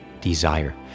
desire